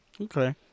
Okay